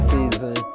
Season